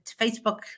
Facebook